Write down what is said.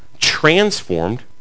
transformed